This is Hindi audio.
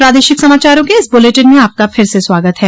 प्रादेशिक समाचारों के इस बुलेटिन में आपका फिर से स्वागत है